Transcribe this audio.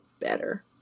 better